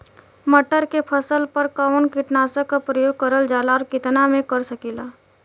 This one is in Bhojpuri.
मटर के फसल पर कवन कीटनाशक क प्रयोग करल जाला और कितना में कर सकीला?